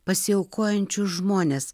pasiaukojančius žmones